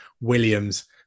Williams